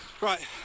Right